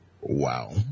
Wow